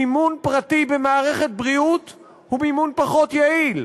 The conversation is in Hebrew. מימון פרטי במערכת בריאות הוא מימון פחות יעיל.